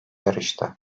yarıştı